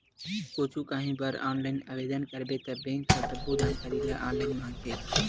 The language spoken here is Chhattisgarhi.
कुछु काही बर ऑनलाईन आवेदन करबे त बेंक ह सब्बो जानकारी ल ऑनलाईन मांगथे